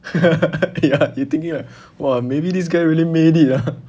ya you thinking what !wah! maybe this guy really made it lah